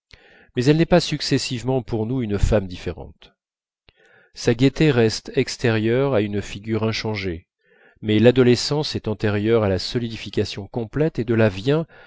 mais elle n'est pas successivement pour nous une femme différente sa gaieté reste extérieure à une figure inchangée mais l'adolescence est antérieure à la solidification complète et de là vient